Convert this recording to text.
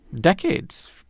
decades